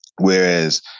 Whereas